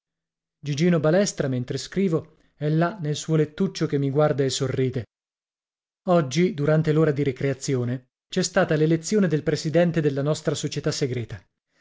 gigino balestra mentre scrivo è là nel suo lettuccio che mi guarda e sorride oggi durante l'ora di ricreazione c'è stata l'elezione del presidente della nostra società segreta